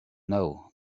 know